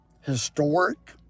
historic